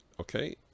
okay